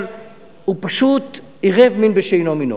אבל הוא פשוט עירב מין בשאינו מינו.